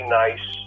nice